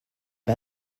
you